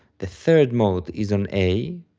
the third mode is on a,